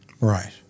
Right